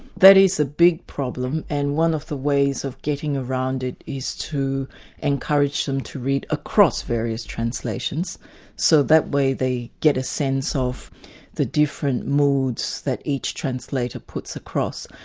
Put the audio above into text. that is a big problem, and one of the ways of getting around it is to encourage them to read across various translations so that way they get a sense of the different moods that each translator puts across.